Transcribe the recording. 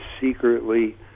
secretly